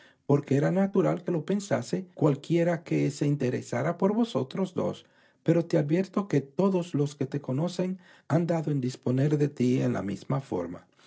porque era natural que lo pensase cualquiera que se interesara por vosotros dos pero te advierto que todos los que te conocen han dado en disponer de ti en la misma forma